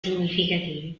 significativi